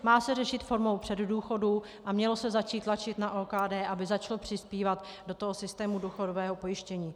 Má se řešit formou předdůchodu a mělo se začít tlačit na OKD, aby začalo přispívat do systému důchodového pojištění.